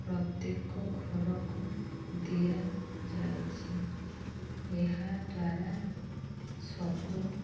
ପ୍ରତ୍ୟେକ ଘରକୁ ଦିଆଯାଇଛି ଏହାଦ୍ୱାରା ସବୁ